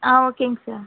ஆ ஓகேங்க சார்